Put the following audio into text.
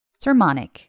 Sermonic